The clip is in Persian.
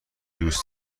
دوست